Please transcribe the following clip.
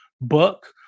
book